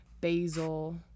basil